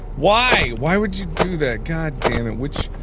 why? why would you do that? god dammit. which,